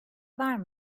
var